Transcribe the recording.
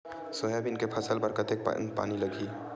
Soybean के फसल बर कतेक कन पानी लगही?